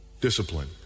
discipline